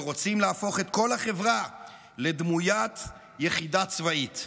ורוצים להפוך את כל החברה לדמוית יחידה צבאית.